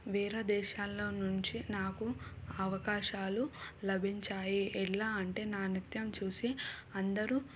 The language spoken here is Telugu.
వేరే దేశాల్లో నుంచి నాకు అవకాశాలు లభించాయి ఎలా అంటే నా నృత్యం చూసి అందరూ